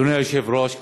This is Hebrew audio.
אדוני היושב-ראש,